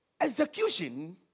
execution